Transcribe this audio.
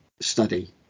study